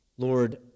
Lord